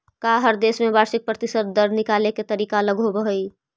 का हर देश में वार्षिक प्रतिशत दर निकाले के तरीका अलग होवऽ हइ?